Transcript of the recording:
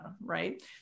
right